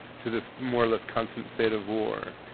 to this more or less constant state of war?